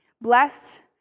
Blessed